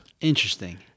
Interesting